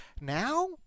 Now